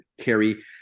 carry